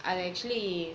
அது:athu actually